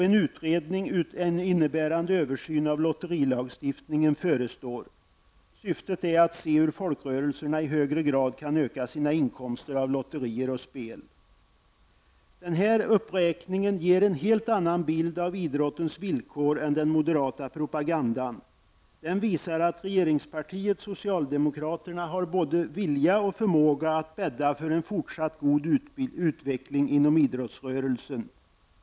En utredning innebärande översyn av lotterilagstiftningen förestår. Syftet är att se hur folkrörelserna i högre grad kan öka sina inkomster av lotterier och spel. Den här uppräkningen ger en helt annan bild av idrottens villkor än den moderata propagandan. Den visar att regeringspartiet, socialdemokraterna, har både vilja och förmåga att bädda för en fortsatt god utveckling inom idrottsrörelsen.